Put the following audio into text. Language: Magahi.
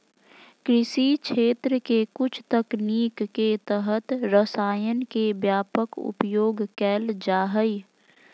कृषि क्षेत्र के कुछ तकनीक के तहत रसायन के व्यापक उपयोग कैल जा हइ